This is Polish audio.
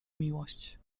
miłość